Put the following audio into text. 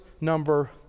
number